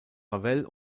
ravel